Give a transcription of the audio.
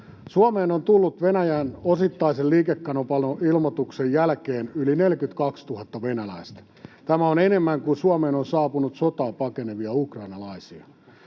Suomeen on tullut Venäjän osittaisen liikekannallepanon ilmoituksen jälkeen yli 42 000 venäläistä. Tämä on enemmän kuin Suomeen on saapunut sotaa pakenevia ukrainalaisia.